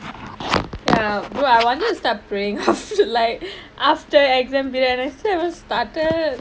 ya dude I wanted to start praying like after exam but I still haven't started